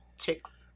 Chicks